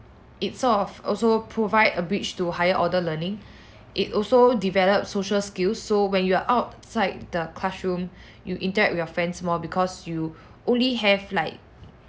it sort of also provide a bridge to higher order learning it also develop social skills so when you're outside the classroom you interact with your friends more because you only have like